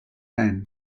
then